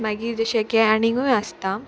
मागीर जशें की आणींगूय आसता